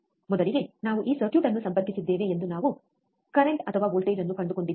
ಮೊದಲಿಗೆ ನಾವು ಈ ಸರ್ಕ್ಯೂಟ್ ಅನ್ನು ಸಂಪರ್ಕಿಸಿದ್ದೇವೆ ಎಂದು ನಾವು ಕರೆಂಟ್ ಅಥವಾ ವೋಲ್ಟೇಜ್ ಅನ್ನು ಕಂಡುಕೊಂಡಿದ್ದೇವೆ